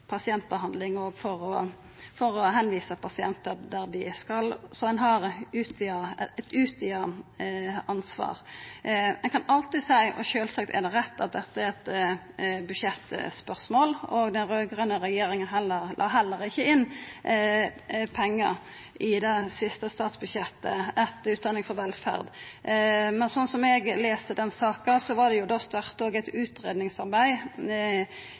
pasientbehandling, og for å visa pasientar dit ein skal. Så ein har eit utvida ansvar. Ein kan alltid seia, og sjølvsagt er det rett, at dette er eit budsjettspørsmål. Den raud-grøne regjeringa la heller ikkje inn pengar i det siste statsbudsjettet etter Utdanning for velferd. Men sånn eg les denne saka, vart det starta eit utgreiingsarbeid frå departementet og